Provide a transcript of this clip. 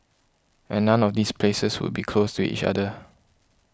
and none of these places would be close to each other